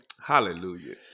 Hallelujah